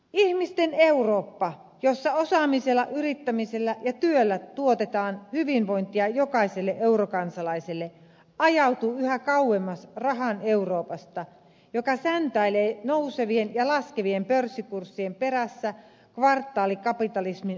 ihmisten eurooppa jossa osaamisella yrittämisellä ja työllä tuotetaan hyvinvointia jokaiselle eurokansalaiselle ajautuu yhä kauemmas rahan euroopasta joka säntäilee nousevien ja laskevien pörssikurssien perässä kvartaalikapitalismin logiikalla